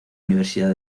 universidad